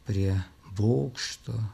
prie bokšto